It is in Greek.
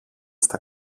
στα